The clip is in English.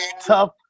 tough